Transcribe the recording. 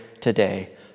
today